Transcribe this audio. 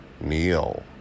Neil